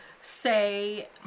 say